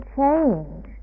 change